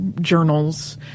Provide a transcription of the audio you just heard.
journals